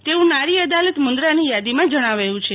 તેવું નારી અદાલત મુન્દ્રાની યાદીમાં જણાવયું છે